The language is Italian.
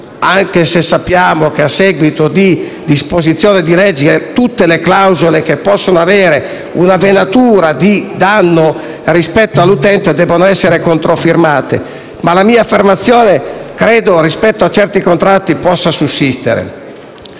anche se sappiamo che, a seguito di disposizioni di legge, tutte le clausole che possono avere una venatura di danno rispetto all'utente devono essere controfirmate. Ma la mia affermazione rispetto a certi contratti credo possa sussistere.